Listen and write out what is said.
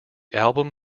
album